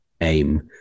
Aim